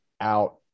out